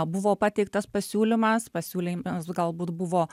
buvo pateiktas pasiūlymas pasiūlymas galbūt buvo